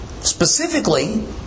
specifically